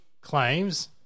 claims